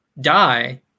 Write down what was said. die